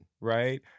right